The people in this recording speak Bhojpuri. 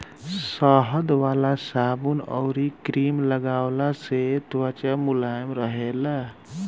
शहद वाला साबुन अउरी क्रीम लगवला से त्वचा मुलायम रहेला